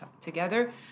together